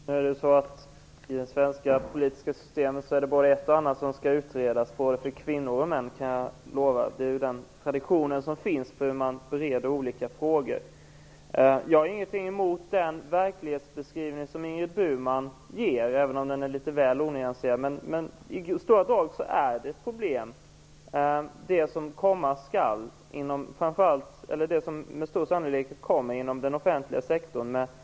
Herr talman! I det svenska politiska systemet är det både ett och annat som skall utredas, både för kvinnor och män. Det kan jag lova. Vi har den traditionen för att bereda olika frågor. Jag har ingenting emot den verklighetsbeskrivning som Ingrid Burman ger, även om den är litet väl onyanserad. Men i stora drag är det som med stor sannolikhet kommer inom den offentliga sektorn ett problem.